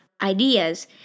ideas